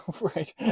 right